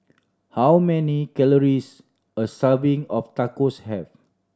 how many calories a serving of Tacos have